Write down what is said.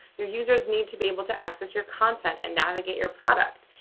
your users need to be able to access your content and navigate your product.